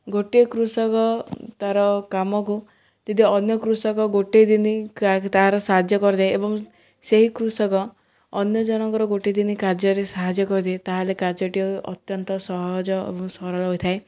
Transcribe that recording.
ଗୋଟେ କୃଷକ ତାର କାମକୁ ଯଦି ଅନ୍ୟ କୃଷକ ଗୋଟେ ଦିନ ସାହାଯ୍ୟ କରିଦେ ଏବଂ ସେହି କୃଷକ ଅନ୍ୟ ଜଣଙ୍କର ଗୋଟେ ଦିନ କାର୍ଯ୍ୟରେ ସାହାଯ୍ୟ କରିଦିଏ ତା'ହେଲେ କାର୍ଯ୍ୟଟିଏ ଅତ୍ୟନ୍ତ ସହଜ ଏବଂ ସରଳ ହୋଇଥାଏ